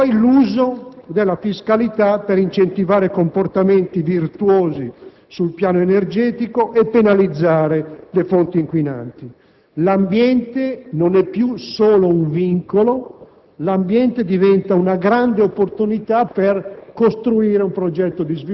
per l'individuazione dei siti e per la realizzazione delle opere. Poi l'uso della fiscalità per incentivare comportamenti virtuosi sul piano energetico e per penalizzare le fonti inquinanti. L'ambiente non è più solo un vincolo,